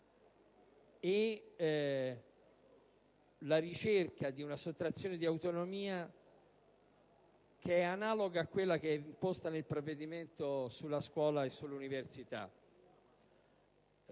e la ricerca di una sottrazione di autonomia analoga a quella ravvisabile nel provvedimento sulla scuola e sull'università.